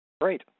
Great